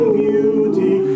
beauty